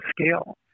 scale